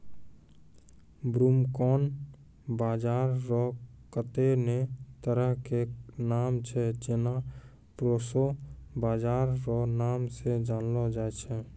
broomcorn बाजरा रो कत्ते ने तरह के नाम छै जेना प्रोशो बाजरा रो नाम से जानलो जाय छै